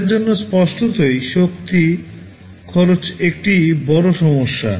তাদের জন্য স্পষ্টতই শক্তি খরচ একটি বড় সমস্যা